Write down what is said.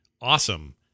awesome